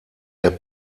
der